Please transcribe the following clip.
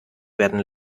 werden